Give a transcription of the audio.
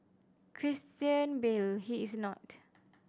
Christian Bale he is not